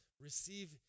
Receive